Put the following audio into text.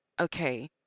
okay